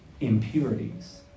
impurities